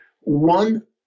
one